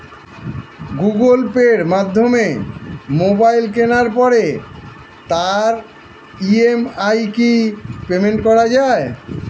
Google পের মাধ্যমে mobile কেনার পরে তার ই.এম.আই কি পেমেন্ট করা যায়?